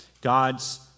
God's